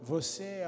Você